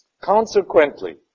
Consequently